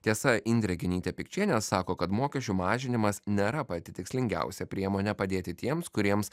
tiesa indrė genytė pikčienė sako kad mokesčių mažinimas nėra pati tikslingiausia priemonė padėti tiems kuriems